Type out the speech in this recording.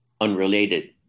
unrelated